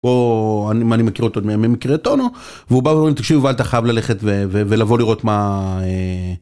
או אני מה אני מכיר אותו מימי מקריית אונו והוא בא ואומרים תקשיב יובל אתה חייב ללכת ולבוא לראות מה.